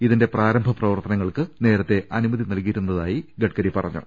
ഇതിന്റെ പ്രാരംഭ പ്രവർത്തനങ്ങൾക്ക് നേരത്തെ അനുമതി നൽകിയിരുന്നതായും ഗഡ്ഗരി പറഞ്ഞു